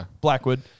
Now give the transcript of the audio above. Blackwood